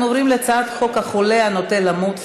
אנחנו עוברים להצעת חוק החולה הנוטה למות (תיקון,